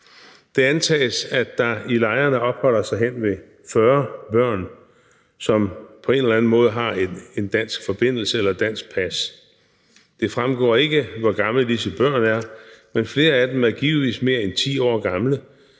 Det antages, at der i lejrene opholder sig hen ved 40 børn, som på en eller anden måde har en dansk forbindelse eller et dansk pas. Det fremgår ikke, hvor gamle disse børn er, men flere af dem er givetvis mere end 10 år gamle.